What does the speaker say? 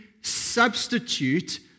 substitute